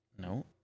no